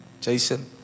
Jason